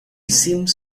seems